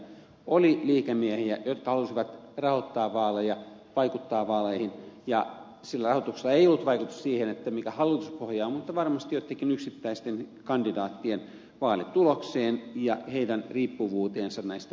oli liikemiehiä jotka halusivat rahoittaa vaaleja vaikuttaa vaaleihin ja sillä rahoituksella ei ollut vaikutusta siihen mikä hallituspohja on mutta varmasti joittenkin yksittäisten kandidaattien vaalitulokseen ja heidän riippuvuuteensa näistä rahoittajista